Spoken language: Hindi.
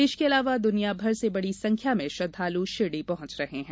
देश के अलावा दुनिया भर से बड़ी संख्या में श्रद्धालु शिरडी पहॅच रहे हैं